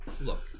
look